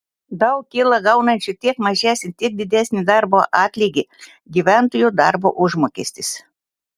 daug kyla gaunančių tiek mažesnį tiek didesnį darbo atlygį gyventojų darbo užmokestis